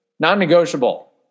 Non-negotiable